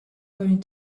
going